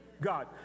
God